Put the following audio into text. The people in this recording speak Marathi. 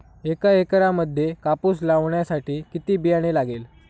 एका एकरामध्ये कापूस लावण्यासाठी किती बियाणे लागेल?